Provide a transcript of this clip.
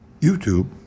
YouTube